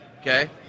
Okay